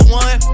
one